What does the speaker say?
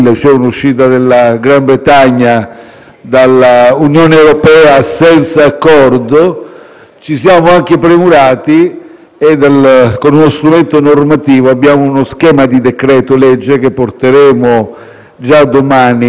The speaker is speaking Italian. ci siamo anche premurati con uno strumento normativo: abbiamo uno schema di decreto-legge che porteremo già domani all'esame del Consiglio dei ministri e, ove necessario, abbiamo predisposto le necessarie misure